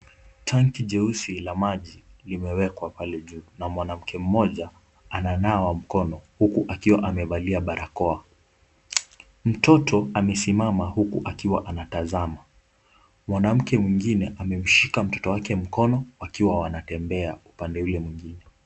Tanki jeusi la maji limewekwa pale juu na mwanamke mmoja ananawa mkono huku akiwa amevalia barakoa, mtoto amesimama huku akiwa anatazama, mwanamke mwingine amemshika mtoto wake mkono wakiwa wanatembea upande ule mwingine.